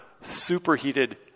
superheated